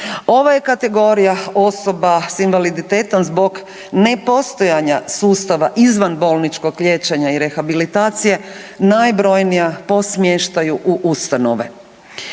Ova je kategorija osoba s invaliditetom zbog nepostojanja sustava izvanbolničkog liječenja i rehabilitacije najbrojnija po smještaju u ustanove.